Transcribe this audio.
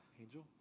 Angel